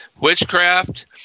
Witchcraft